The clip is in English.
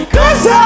Cause